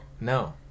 No